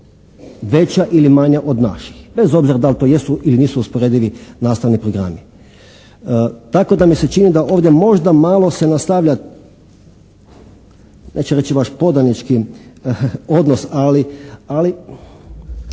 veća ili manja od naših bez obzira da li to jesu ili nisu usporedivi nastavni programi. Tako da mi se čini da ovdje možda malo se nastavlja neću reći baš podanički odnos ali,